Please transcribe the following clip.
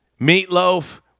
Meatloaf